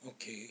okay